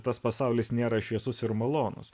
tas pasaulis nėra šviesus ir malonūs